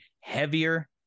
heavier